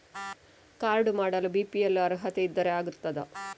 Card ಮಾಡಲು BPL ಅರ್ಹತೆ ಇದ್ದರೆ ಆಗುತ್ತದ?